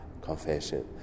confession